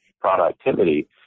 productivity